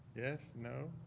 yes, no,